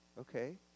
Okay